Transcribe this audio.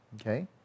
Okay